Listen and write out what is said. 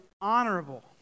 honorable